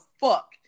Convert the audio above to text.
fuck